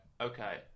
Okay